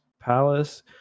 palace